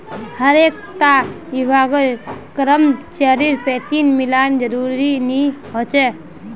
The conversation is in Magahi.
हर एक टा विभागेर करमचरीर पेंशन मिलना ज़रूरी नि होछे